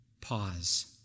pause